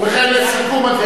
ובכן, לסיכום הדברים.